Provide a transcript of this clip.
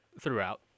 throughout